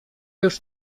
już